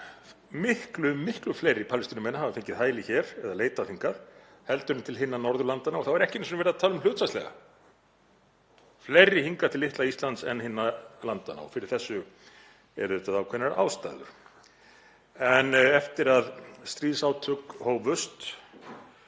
því að miklu fleiri Palestínumenn hafa fengið hæli hér eða leitað hingað heldur en til hinna Norðurlandanna og þá er ekki einu sinni verið að tala um hlutfallslega; fleiri hingað til litla Íslands en til hinna landanna. Fyrir þessu eru auðvitað ákveðnar ástæður en eftir að stríðsátök hófust